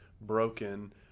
broken